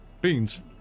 Beans